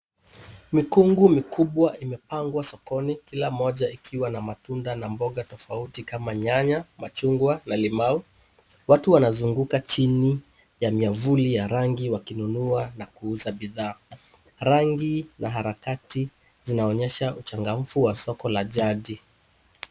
Mikungu mikubwa imepangwa sokoni kila moja ikiwa na matunda na mboga tofauti kama nyanya ,machungwa na limau, watu wanazunguka chini ya miavuli ya rangi wakinunua na kuuza bidhaa, rangi na harakati zinaonyesha uchangamfu wa soko la jadi.